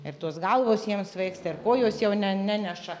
ir tos galvos jiem svaigsta ir kojos jau ne neneša